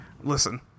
listen